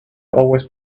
always